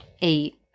eight